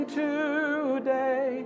today